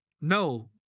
No